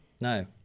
no